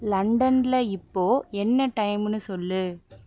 லண்டனில் இப்போது என்ன டைமெனு சொல்